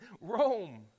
Rome